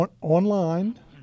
online